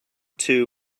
two